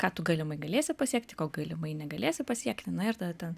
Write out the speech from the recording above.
ką tu galimai galėsi pasiekti ko galimai negalėsi pasiekti na ir tada ten